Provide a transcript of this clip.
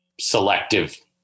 selective